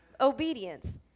obedience